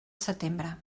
setembre